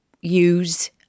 use